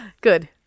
Good